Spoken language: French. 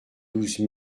douze